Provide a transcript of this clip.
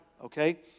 okay